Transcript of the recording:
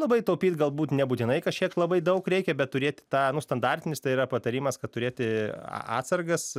labai taupyt galbūt nebūtinai kažkiek labai daug reikia bet turėti tą standartinis tai yra patarimas kad turėti atsargas